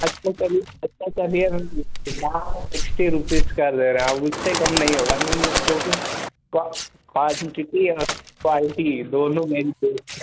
sixty rupees का दे रहे हैं अब उससे कम नहीं होगा मेम क्योंकि क्वानटिटी और क्वालिटी दोनों